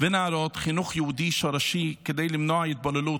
ולנערות חינוך יהודי שורשי כדי למנוע התבוללות,